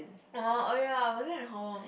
oh oh ya I wasn't in hall